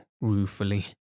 ruefully